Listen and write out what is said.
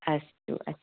अस्तु अस्तु